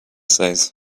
says